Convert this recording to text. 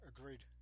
Agreed